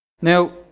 Now